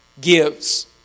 gives